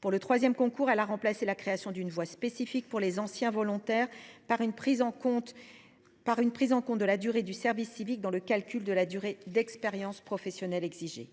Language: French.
Pour le troisième concours, elle a remplacé la création d’une voie spécifique pour les anciens volontaires par une prise en compte de la durée du service civique dans le calcul de la durée d’expérience professionnelle exigée.